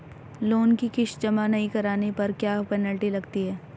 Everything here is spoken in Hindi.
लोंन की किश्त जमा नहीं कराने पर क्या पेनल्टी लगती है?